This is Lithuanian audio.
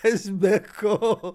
kas be ko